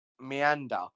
meander